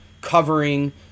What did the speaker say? covering